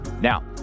Now